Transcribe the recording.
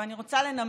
ואני רוצה לנמק.